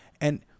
And-